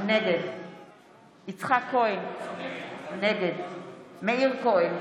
נגד יצחק כהן, נגד מאיר כהן,